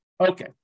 Okay